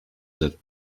that